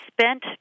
spent